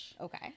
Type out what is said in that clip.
Okay